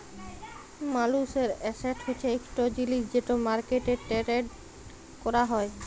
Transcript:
মালুসের এসেট হছে ইকট জিলিস যেট মার্কেটে টেরেড ক্যরা যায়